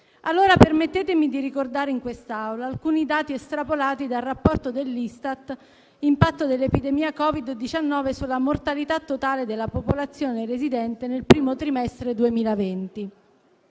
stato. Permettetemi quindi di ricordare in quest'Aula alcuni dati estrapolati dal rapporto dell'Istat denominato «Impatto dell'epidemia Covid-19 sulla mortalità totale della popolazione residente nel primo trimestre 2020».